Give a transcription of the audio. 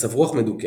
מצב רוח מדוכא.